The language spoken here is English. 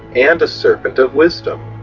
and a serpent of wisdom